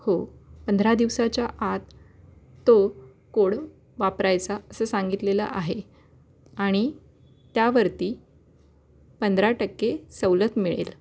हो पंधरा दिवसाच्या आत तो कोड वापरायचा असं सांगितलेलं आहे आणि त्यावरती पंधरा टक्के सवलत मिळेल